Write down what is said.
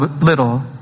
little